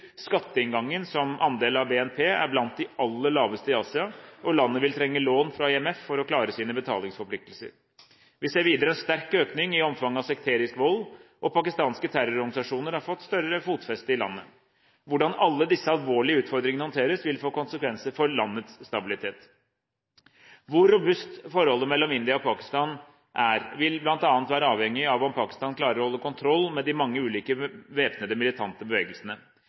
Skatteinngangen, som andel av BNP, er blant de laveste i Asia, og landet vil trenge lån fra IMF for å klare sine betalingsforpliktelser. Vi ser videre en sterk økning i omfanget av sekterisk vold, og pakistanske terrororganisasjoner har fått større fotfeste i landet. Hvordan alle disse alvorlige utfordringene håndteres, vil få konsekvenser for landets stabilitet. Hvor robust forholdet mellom India og Pakistan er, vil bl.a. være avhengig av om Pakistan klarer å holde kontroll med de mange ulike væpnede militante bevegelsene.